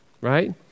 right